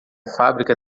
fábrica